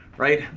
right?